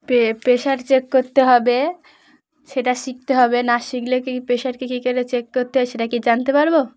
pay pressure check করতে হবে সেটা শিখতে হবে না শিখলে কি প্রেশারকে কী করে চেক করতে হয় সেটা কি জানতে পারব